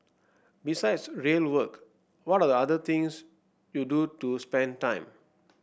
besides real work what are the other things you do to spend time